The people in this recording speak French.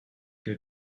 que